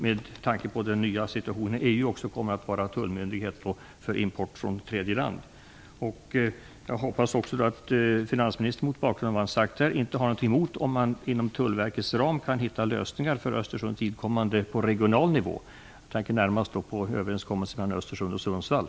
Med tanke på den nya situationen när vi är med i EU kommer man här att vara tullmyndighet för import från tredje land. Jag hoppas också att finansministern, mot bakgrund av vad han har sagt här, inte har något emot om man inom Tullverkets ram kan hitta lösningar för Östersunds vidkommande på regional nivå. Jag tänker närmast på en överenskommelse mellan Östersund och Sundsvall.